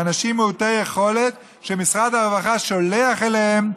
לאנשים מעוטי יכולת שמשרד הרווחה שולח אליהן,